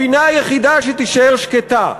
הפינה היחידה שתישאר שקטה,